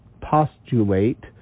postulate